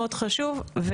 חשוב.